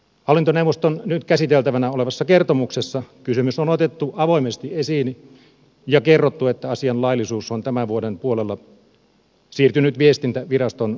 hallintoneuvoston nyt käsiteltävänä olevassa kertomuksessa kysymys on otettu avoimesti esiin ja kerrottu että asian laillisuus on tämän vuoden puolella siirtynyt viestintäviraston tutkittavaksi